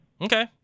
Okay